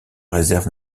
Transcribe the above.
réserve